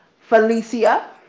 Felicia